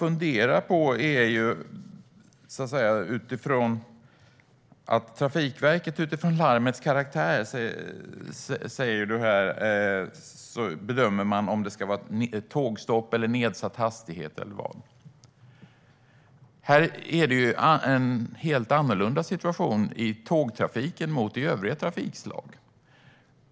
Infrastrukturministern säger att Trafikverket efter larmets karaktär bedömer om det ska vara tågstopp, nedsatt hastighet eller något annat. Här är det en helt annorlunda situation i tågtrafiken mot i övriga trafikslag.